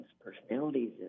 personalities